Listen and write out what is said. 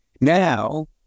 now